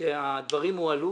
הדברים הועלו